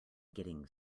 getting